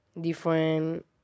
different